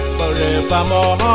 forevermore